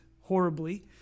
horribly